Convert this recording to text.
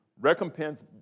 Recompense